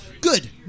Good